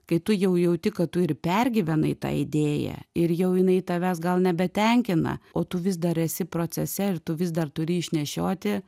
kai tu jau jauti kad tu ir pergyvenai tą idėją ir jau jinai tavęs gal nebetenkina o tu vis dar esi procese ir tu vis dar turi išnešioti